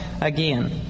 again